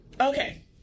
Okay